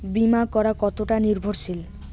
বীমা করা কতোটা নির্ভরশীল?